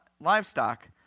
livestock